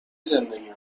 زندگی